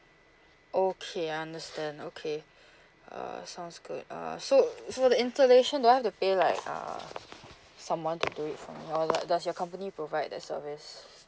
okay I understand okay uh sounds good uh so so the installation do I have to pay like uh someone to do it for me or like does your company provide that service